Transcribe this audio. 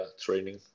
training